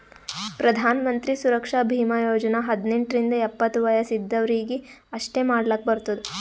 ಪ್ರಧಾನ್ ಮಂತ್ರಿ ಸುರಕ್ಷಾ ಭೀಮಾ ಯೋಜನಾ ಹದ್ನೆಂಟ್ ರಿಂದ ಎಪ್ಪತ್ತ ವಯಸ್ ಇದ್ದವರೀಗಿ ಅಷ್ಟೇ ಮಾಡ್ಲಾಕ್ ಬರ್ತುದ